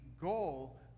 goal